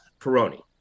Peroni